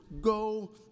go